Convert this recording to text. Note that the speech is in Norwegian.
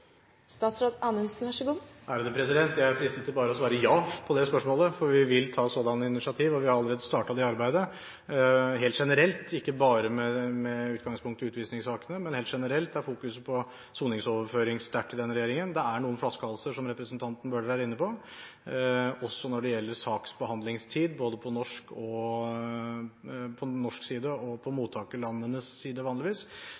Jeg er fristet til bare å svare ja på det spørsmålet, for vi vil ta sådanne initiativ. Vi har allerede startet det arbeidet, helt generelt, ikke bare med utgangspunkt i utvisningssakene. Helt generelt er fokuset på soningsoverføring sterkt i denne regjeringen. Det er noen flaskehalser – som representanten Bøhler var inne på – også når det gjelder saksbehandlingstid, både på norsk side og på mottakerlandenes side,